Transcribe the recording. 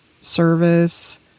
service